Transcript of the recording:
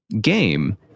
game